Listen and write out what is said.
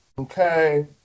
Okay